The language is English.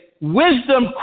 wisdom